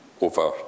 over